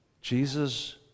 Jesus